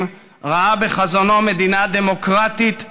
ראה בחזונו מדינה דמוקרטית ליברלית,